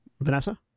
Vanessa